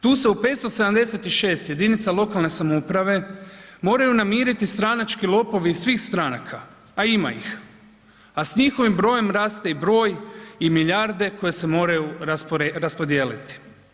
Tu se u 576 jedinica lokalne samouprave moraju namiriti stranački lopovi iz svih stranaka a ima ih a s njihovim brojem raste i broj i milijarde koje se moraju raspodijeliti.